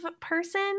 person